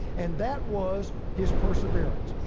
and that was his perseverance.